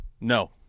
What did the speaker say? No